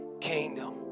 kingdom